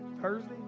Thursday